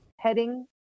heading